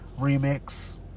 Remix